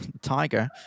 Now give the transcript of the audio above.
tiger